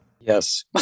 yes